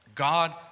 God